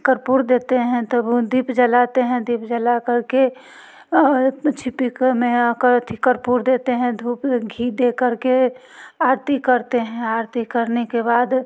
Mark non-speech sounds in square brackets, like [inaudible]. कपूर देते हैं तब वो दीप जलाते हैं दीप जला कर के [unintelligible] आ कर अथी कपूर देते हैं धूप घी दे कर के आरती करते हैं आरती करने के बाद